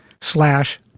slash